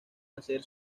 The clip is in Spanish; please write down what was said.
hacer